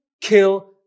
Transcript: kill